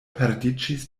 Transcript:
perdiĝis